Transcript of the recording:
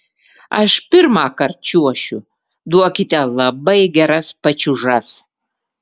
aš pirmąkart čiuošiu duokite labai geras pačiūžas